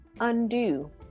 undo